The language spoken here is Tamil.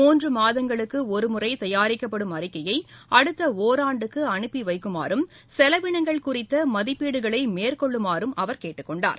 மூன்று மாதங்களுக்கு ஒருமுறை தயாரிக்கப்படும் அறிக்கையை அடுத்த ஓராண்டுக்கு அனுப்பி வைக்குமாறும் செலவினங்கள் குறித்த மதிப்பீடுகளை மேற்கொள்ளுமாறும் அவர் கேட்டுக் கொண்டார்